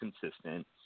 consistent